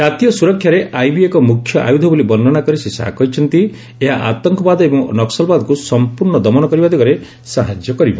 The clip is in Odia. ଜାତୀୟ ସୁରକ୍ଷାରେ ଆଇବି ଏକ ମୁଖ୍ୟ ଆୟୁଧ ବୋଲି ବର୍ଷ୍ଣାନା କରି ଶ୍ରୀ ଶାହା କହିଛନ୍ତି ଏହା ଆତଙ୍କବାଦ ଏବଂ ନକୁଲବାଦକୁ ସମ୍ପର୍ଶ୍ଣ ଦମନ କରିବା ଦିଗରେ ସାହାଯ୍ୟ କରିବ